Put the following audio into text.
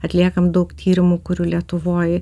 atliekam daug tyrimų kurių lietuvoj